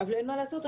אבל אין מה לעשות,